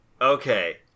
Okay